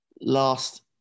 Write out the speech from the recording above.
Last